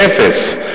מאפס.